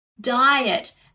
diet